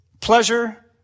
pleasure